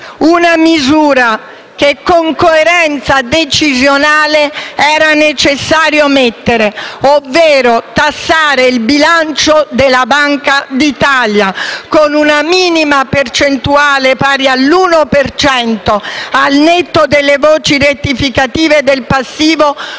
una misura che, con coerenza decisionale, era necessario inserire: ovvero, tassare il bilancio della Banca d'Italia con una minima percentuale, pari all'uno per cento al netto delle voci rettificative del passivo, come